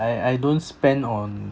I I don't spend on